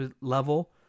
level